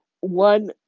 one